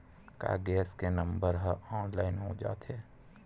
का गैस के नंबर ह ऑनलाइन हो जाथे?